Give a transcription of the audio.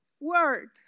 word